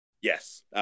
yes